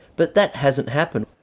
but that hasn't happened.